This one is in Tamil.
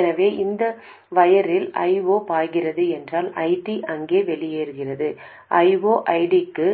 எனவே இந்த வயரில் I0 பாய்கிறது என்றால் ID அங்கு பாய்கிறது என்றால் வெளியேறுவது I0 ID க்கு